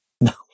No